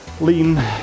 lean